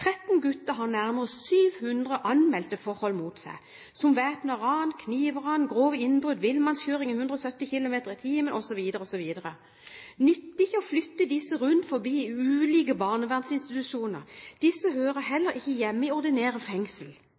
13 gutter har nærmere 700 anmeldte forhold mot seg, som væpna ran, knivran, grove innbrudd, villmannskjøring i 170 km/t, osv. Det nytter ikke å flytte disse rundt i ulike barnevernsinstitusjoner. Disse hører heller ikke hjemme i ordinære